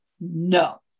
no